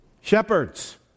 Shepherds